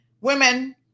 Women